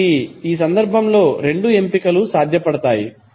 కాబట్టి ఈ సందర్భంలో రెండు ఎంపికలు సాధ్యపడతాయి